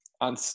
on